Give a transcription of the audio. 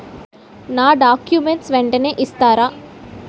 నా డాక్యుమెంట్స్ వెంటనే ఇస్తారా?